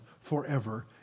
forever